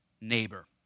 neighbor